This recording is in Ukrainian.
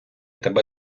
тебе